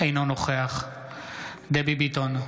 אינו נוכח דבי ביטון,